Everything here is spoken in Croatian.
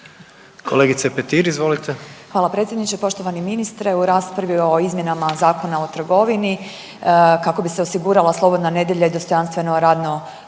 Marijana (Nezavisni)** Hvala predsjedniče. Poštovani ministre u raspravi o izmjenama Zakona o trgovini kako bi se osigurala slobodna nedjelja i dostojanstveno radno